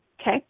Okay